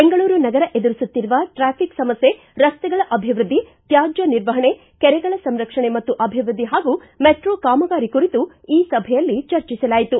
ಬೆಂಗಳೂರು ನಗರ ಎದುರಿಸುತ್ತಿರುವ ಟ್ರಾಫಿಕ್ ಸಮಸ್ಕೆ ರಸ್ತೆಗಳ ಅಭಿವೃದ್ಧಿ ತ್ಯಾಜ್ಯ ನಿರ್ವಹಣೆ ಕೆರೆಗಳ ಸಂರಕ್ಷಣೆ ಮತ್ತು ಅಭಿವೃದ್ಧಿ ಹಾಗೂ ಮೆಟ್ರೋ ಕಾಮಗಾರಿ ಕುರಿತು ಈ ಸಭೆಯಲ್ಲಿ ಚರ್ಚಿಸಲಾಯಿತು